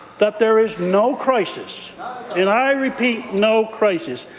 that there is no crisis and i repeat, no crisis.